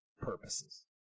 purposes